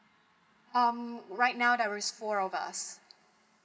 um right now there's four of us